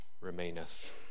remaineth